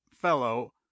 fellow